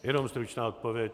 Jenom stručná odpověď.